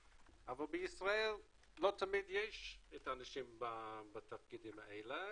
אבל בישראל לא תמיד יש את האנשים בתפקידים האלה